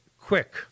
quick